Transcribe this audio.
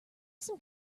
some